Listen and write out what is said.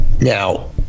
Now